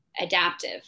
adaptive